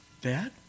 Dad